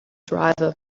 driver